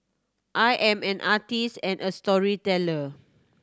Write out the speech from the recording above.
I am an artist and a storyteller